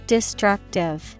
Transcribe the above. Destructive